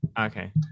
Okay